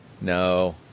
no